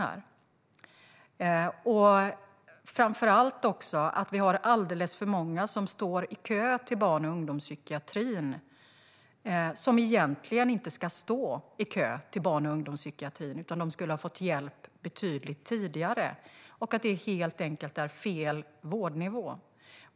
Framför allt har vi alldeles för många som står i kö till barn och ungdomspsykiatrin som egentligen inte ska stå i kö till barn och ungdomspsykiatrin, utan de skulle ha fått hjälp betydligt tidigare. Det är helt enkelt fel vårdnivå.